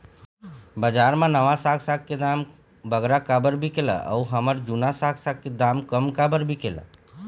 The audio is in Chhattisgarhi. बजार मा नावा साग साग के दाम बगरा काबर बिकेल अऊ हमर जूना साग साग के दाम कम काबर बिकेल?